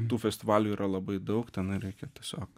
tų festivalių yra labai daug ten reikia tiesiog